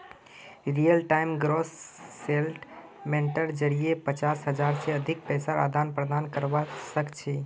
real time gross सेटलमेंटेर जरिये पचास हज़ार से अधिक पैसार आदान प्रदान करवा सक छी